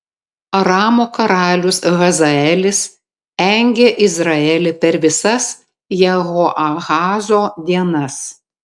aramo karalius hazaelis engė izraelį per visas jehoahazo dienas